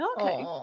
Okay